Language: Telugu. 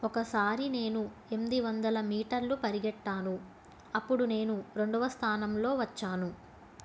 ఒకసారి నేను ఎనిమిది వందల మీటర్లు పరిగెత్తాను అప్పుడు నేను రెండవ స్థానంలో వచ్చాను